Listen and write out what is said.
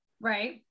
Right